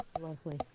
lovely